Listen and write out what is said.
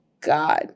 God